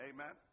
Amen